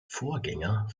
vorgänger